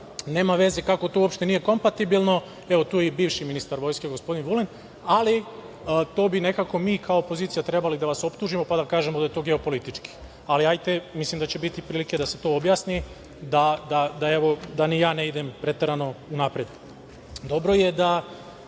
veze kako to uopšte nije kompatibilno, evo tu je i bivši ministar vojske gospodin Vulin, ali to bi nekako mi kao opozicija trebali da vas optužimo pa da kažemo da je to geopolitički. Ali, hajte mislim da će biti prilike da se to objasni da ni ja ne idem preterano napred. Dobro